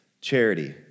charity